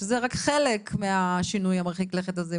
שזה רק חלק מהשינוי מרחיק הלכת הזה.